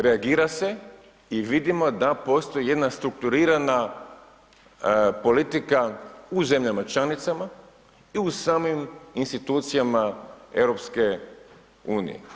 Reagira se i vidimo da postoji jedna strukturirana politika u zemljama članicama i u samim institucijama EU.